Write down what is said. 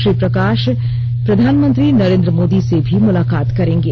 श्री प्रकाश प्रधानमंत्री नरेन्द्र मोदी जी से भी मुलाकात करेंगे